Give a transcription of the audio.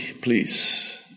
please